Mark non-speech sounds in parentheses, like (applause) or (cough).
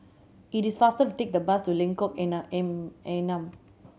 it is faster to take the bus to Lengkok (unintelligible) Enam